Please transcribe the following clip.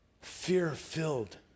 fear-filled